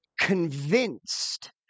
convinced